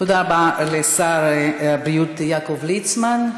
תודה רבה לשר הבריאות יעקב ליצמן.